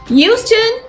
Houston